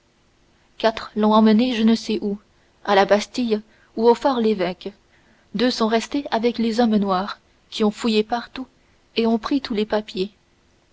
quatre l'ont emmené je ne sais où à la bastille ou au forl'évêque deux sont restés avec les hommes noirs qui ont fouillé partout et qui ont pris tous les papiers